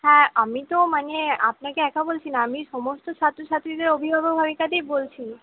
হ্যাঁ আমি তো মানে আপনাকে একা বলছি না আমি সমস্ত ছাত্রছাত্রীদের অভিভাবক ভাবিকাদের বলছি